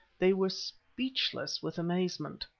they were speechless with amazement.